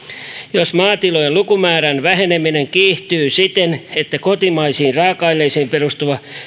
jos maatilojen lukumäärän väheneminen kiihtyy siten että kotimaisiin raaka aineisiin perustuva